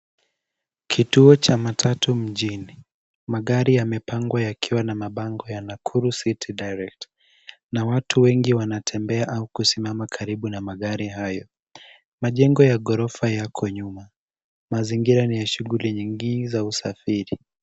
Kituo cha matatu mjini. Magari yamepangwa yakiwa na mabango ya Nakuru City direct. Na watu wengi wanatembea au kusimama karibu na magari hayo. Majengo ya ghorofa yako nyuma. Mazingira ni ya shuguli nyingi za usafiri.